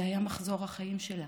זה היה מחזור החיים שלו,